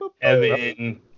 Evan